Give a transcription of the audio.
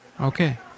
Okay